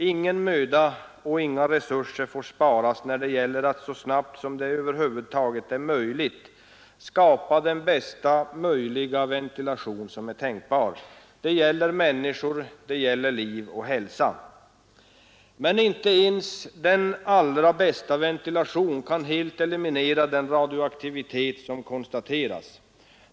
Ingen möda och inga resurser får sparas när det gäller att så snabbt som det över huvud taget är möjligt skapa bästa tänkbara ventilation. Det gäller människor, det gäller liv och hälsa. Men inte ens den allra bästa ventilation kan helt eliminera den radioaktivitet som konstateras.